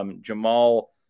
Jamal